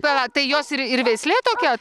pala tai jos ir ir veislė tokia